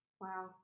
Wow